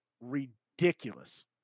ridiculous